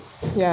ya